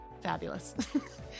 Fabulous